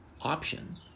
option